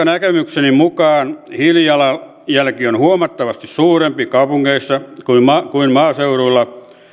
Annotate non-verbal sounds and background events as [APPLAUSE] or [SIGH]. [UNINTELLIGIBLE] näkemykseni mukaan hiilijalanjälki on huomattavasti suurempi kaupungeissa kuin maaseudulla